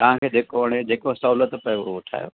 तव्हांखे जेको वणे जेको सहुलियत पए उहो ठाहियो